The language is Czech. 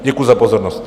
Děkuji za pozornost.